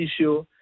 issue